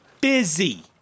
Busy